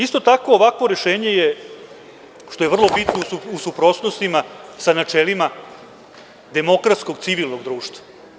Isto tako, ovakvo rešenje je, što je vrlo bitno, u suprotnosti sa načelima demokratskog civilnog društvo.